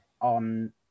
on